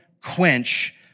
quench